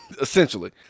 Essentially